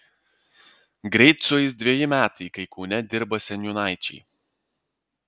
greit sueis dveji metai kai kaune dirba seniūnaičiai